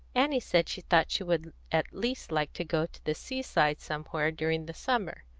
annie said she thought she would at least like to go to the seaside somewhere during the summer,